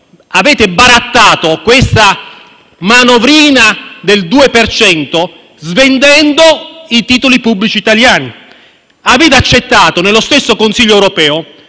Avete barattato questa manovrina del 2 per cento svendendo i titoli pubblici italiani. Avete accettato nello stesso Consiglio europeo